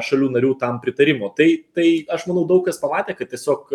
šalių narių tam pritarimo tai tai aš manau daug kas pamatė kad tiesiog